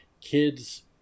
kids